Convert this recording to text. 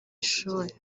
ishuri